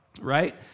right